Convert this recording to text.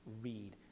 read